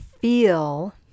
feel